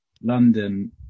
London